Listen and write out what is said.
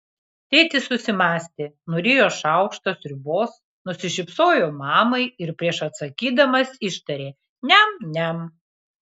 tėtis susimąstė nurijo šaukštą sriubos nusišypsojo mamai ir prieš atsakydamas ištarė niam niam